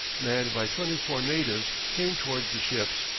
manned by twenty-four natives, came towards the ships.